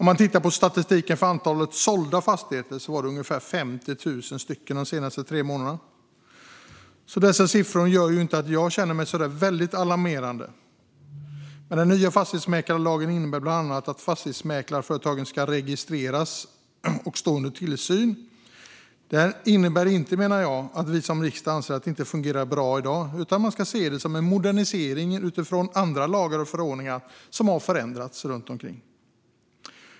I statistiken för antalet sålda fastigheter ser man att de var ungefär 50 000 de senaste tre månaderna. Dessa siffror gör inte att jag känner mig väldigt alarmerad. Den nya fastighetsmäklarlagen innebär bland annat att fastighetsmäklarföretagen ska registreras och stå under tillsyn. Det innebär inte att vi som riksdag anser att det inte fungerar bra i dag, utan man ska se det som en modernisering utifrån andra lagar och förordningar som har förändrats.